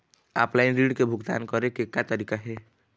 Offline ऋण के भुगतान करे के का तरीका हे?